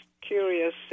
curious